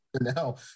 now